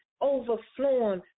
overflowing